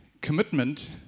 commitment